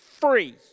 free